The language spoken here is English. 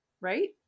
right